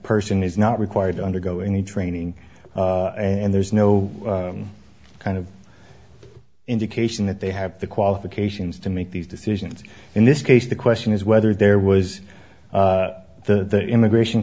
person is not required to undergo any training and there's no kind of indication that they have the qualifications to make these decisions in this case the question is whether there was the immigration